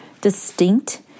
distinct